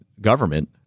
government